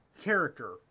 character